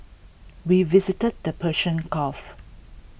we visited the Persian gulf